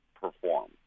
perform